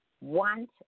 want